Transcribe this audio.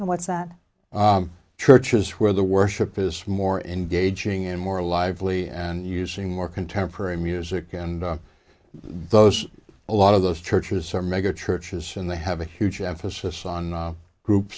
that churches where the worship is more engaging in more lively and using more contemporary music and those a lot of those churches are mega churches and they have a huge emphasis on group